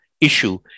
issue